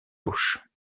gauche